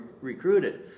recruited